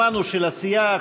הזמן הוא של הסיעה,